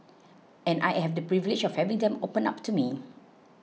and I have the privilege of having them open up to me